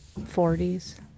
40s